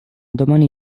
domani